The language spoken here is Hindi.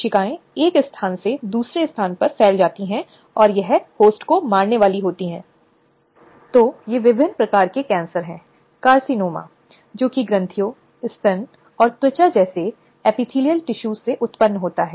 इसलिए जब हम यौन उत्पीड़न और यौन उत्पीड़न के प्रकारों को समझने की कोशिश करते हैं तो भारत में यौन उत्पीड़न भी एक अधिनियम है जो निषिद्ध है